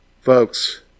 Folks